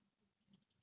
so